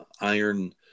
iron